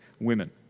women